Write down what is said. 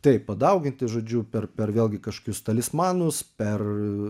taip padauginti žodžiu per per vėlgi kažkokius talismanus per